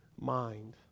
mind